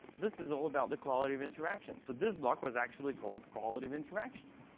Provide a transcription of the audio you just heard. this is all about the quality of interaction. so this block was actually called quality of interaction.